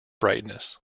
brightness